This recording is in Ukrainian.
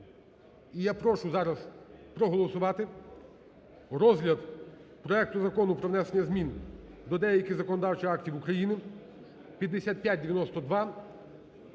я прошу зараз проголосувати розгляд проекту Закону про внесення змін до деяких законодавчих актів України (5592)